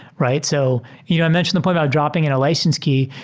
right? so you know i mentioned the point about dropping in a license key.